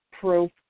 proof